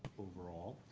overall.